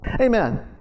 Amen